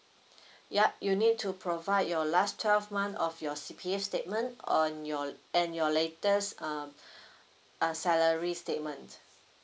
yup you need to provide your last twelve month of your C_P_F statement on your and your latest um uh salary statement